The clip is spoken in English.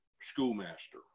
schoolmaster